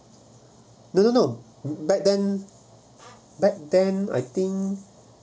no no no back then back then I think